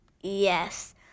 Yes